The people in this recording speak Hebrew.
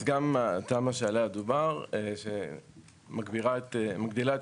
אז גם התמ"א שעליה דובר שמגדילה את